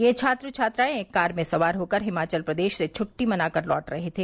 यह छात्र छात्राएं एक कार में सवार होकर हिमाचल प्रदेश से छुट्टी मनाकर लौट रहे थे